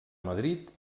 madrid